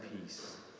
peace